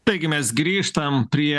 taigi mes grįžtam prie